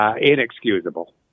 inexcusable